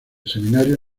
seminario